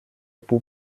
pour